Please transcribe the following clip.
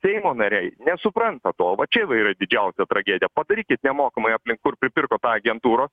seimo nariai nesupranta to vat čia va yra didžiausia tragedija padarykit nemokamai aplink kur pripirko tą agentūros